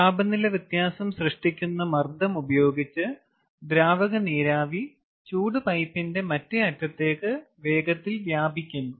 താപനില വ്യത്യാസം സൃഷ്ടിക്കുന്ന മർദ്ദം ഉപയോഗിച്ച് ദ്രാവക നീരാവി ചൂട് പൈപ്പിന്റെ മറ്റേ അറ്റത്തേക്ക് വേഗത്തിൽ വ്യാപിക്കുന്നു